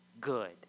good